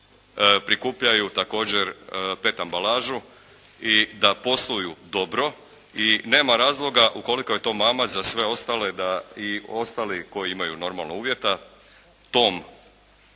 prikupljaju također pet ambalažu i da posluju dobro. I nema razloga ukoliko je to mamac za sve ostale da i ostali koji imaju normalno uvjeta tom,